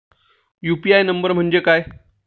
UPI number म्हणजे काय?